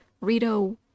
Rito